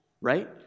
right